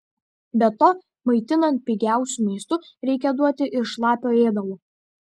be to maitinant pigiausiu maistu reikia duoti ir šlapio ėdalo